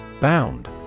Bound